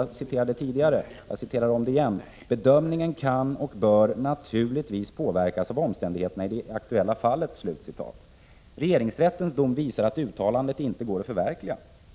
alltså kommunikationsministern: ”Bedömningen kan — och bör — naturligtvis påverkas av omständigheterna i det aktuella fallet.” Regeringsrättens dom visar att uttalandet inte går att förverkliga.